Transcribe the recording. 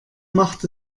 macht